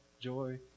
joy